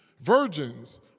Virgins